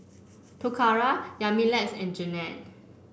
Toccara Yamilex and Jennette